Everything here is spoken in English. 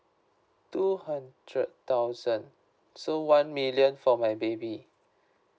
two hundred thousand so one million for my baby